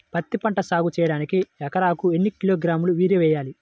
పత్తిపంట సాగు చేయడానికి ఎకరాలకు ఎన్ని కిలోగ్రాముల యూరియా వేయాలి?